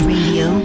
Radio